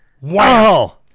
Wow